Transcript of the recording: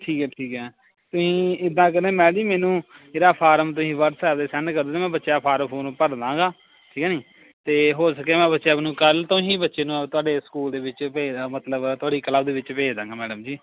ਠੀਕ ਹੈ ਠੀਕ ਹੈ ਤੁਸੀਂ ਇੱਦਾਂ ਕਰਦੇ ਹਾਂ ਮੈਡਮ ਜੀ ਮੈਨੂੰ ਇਹਦਾ ਫਾਰਮ ਤੁਸੀਂ ਵਟਸਐਪ 'ਤੇ ਸੈਂਡ ਕਰ ਦਿਓ ਮੈਂ ਬੱਚੇ ਦਾ ਫਾਰਮ ਫੂਰਮ ਭਰ ਦਾਂਗਾ ਠੀਕ ਹੈ ਨਾ ਜੀ ਅਤੇ ਹੋ ਸਕੇ ਮੈਂ ਬੱਚਿਆਂ ਨੂੰ ਕੱਲ੍ਹ ਤੋਂ ਹੀ ਬੱਚੇ ਨੂੰ ਤੁਹਾਡੇ ਸਕੂਲ ਦੇ ਵਿੱਚ ਭੇਜਦਾ ਮਤਲਬ ਤੁਹਾਡੀ ਕਲਾਸ ਦੇ ਵਿੱਚ ਭੇਜ ਦਾਂਗਾ ਮੈਡਮ ਜੀ